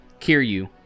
Kiryu